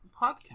podcast